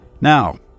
Now